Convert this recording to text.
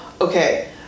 okay